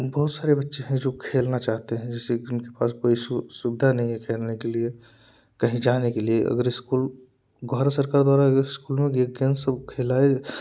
बहुत सारे बच्चे जो खेलना चाहते है जैसे कि उनके पास कोई सुविधा नहीं खेलने के लिए कहीं जाने के लिए अगर स्कूल भारत सरकार द्वारा अगर स्कूल में ये गेम्स सब खिलाएँ